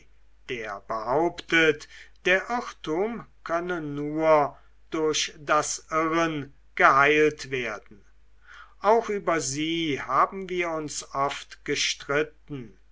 der behauptet der irrtum könne nur durch das irren geheilt werden auch über sie haben wir uns oft gestritten